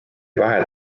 vahe